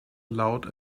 loud